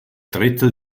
drittel